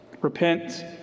Repent